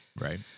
Right